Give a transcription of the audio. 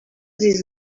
this